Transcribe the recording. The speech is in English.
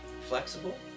flexible